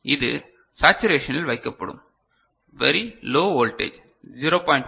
எனவே இது சாச்சுரேஷனில் வைக்கப்படும் வெரி லோ வோல்டேஜ் 0